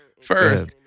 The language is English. First